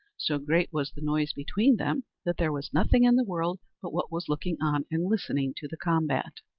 so great was the noise between them that there was nothing in the world but what was looking on and listening to the combat.